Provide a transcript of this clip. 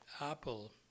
Apple